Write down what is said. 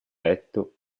letto